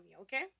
okay